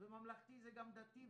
וממלכתי זה גם דתי,